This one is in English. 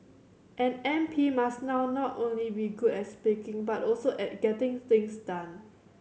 an M P must now not only be good at speaking but also at getting things done